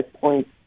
point